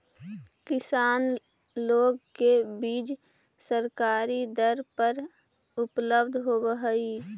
किसान लोग के बीज सरकारी दर पर उपलब्ध होवऽ हई